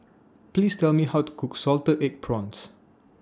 Please Tell Me How to Cook Salted Egg Prawns